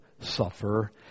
suffer